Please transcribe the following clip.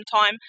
time